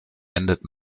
endet